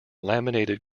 laminated